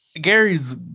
Gary's